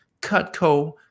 Cutco